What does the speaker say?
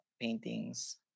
paintings